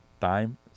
time